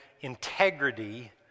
integrity